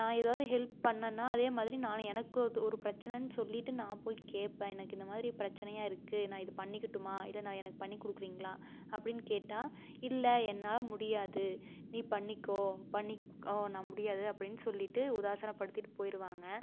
நான் ஏதாவது ஹெல்ப் பண்ணேன்னா அதேமாதிரி நானும் எனக்கு அது ஒரு பிரச்சனைன்னு சொல்லிவிட்டு நான் போய் கேட்பேன் எனக்கு இந்த மாதிரி பிரச்சனையாக இருக்கு நான் இது பண்ணிக்கட்டுமா இல்லை நான் எனக்கு பண்ணிக் கொடுக்கிறீங்களா அப்படின்னு கேட்டால் இல்லை என்னால் முடியாது நீ பண்ணிக்க பண்ணிக்க முடியாது அப்படின்னு சொல்லிவிட்டு உதாசினப்படுத்திட்டு போய்டுவாங்க